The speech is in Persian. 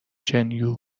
gen